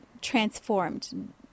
transformed